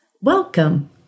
Welcome